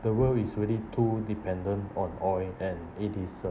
the world is really too dependent on oil and it is a